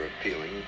appealing